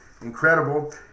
Incredible